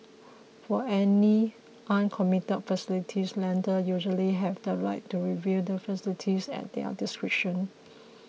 for any uncommitted facilities lenders usually have the right to review the facilities at their discretion